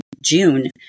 June